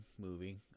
movie